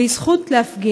והיא הזכות להפגין.